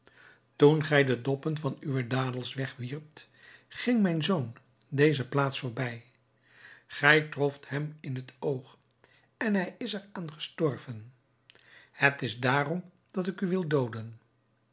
toen gij de doppen van uwe dadels wegwierpt ging mijn zoon deze plaats voorbij gij troft hem in het oog en hij is er aan gestorven het is daarom dat ik u wil dooden